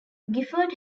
gifford